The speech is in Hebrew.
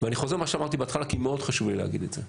ואני חוזר על מה שאמרתי בהתחלה כי מאוד חשוב לי להגיד את זה.